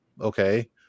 okay